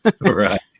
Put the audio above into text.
Right